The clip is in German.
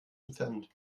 entfernt